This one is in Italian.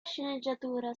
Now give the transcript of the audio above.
sceneggiatura